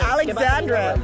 Alexandra